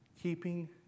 Keeping